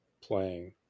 playing